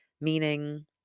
meaning